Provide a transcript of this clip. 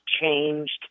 changed